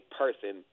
person